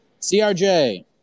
CRJ